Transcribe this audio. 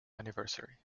anniversary